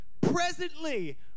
presently